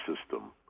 system